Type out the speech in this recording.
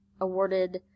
awarded